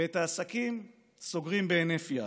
ואת העסקים סוגרים בהינף יד.